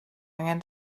angen